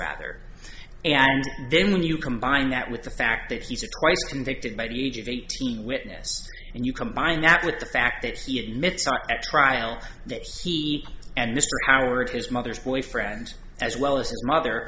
rather and then when you combine that with the fact that he surprised convicted by a huge of eighteen witness and you combine that with the fact that he admits not at trial that he and mr howard his mother's boyfriend as well as his mother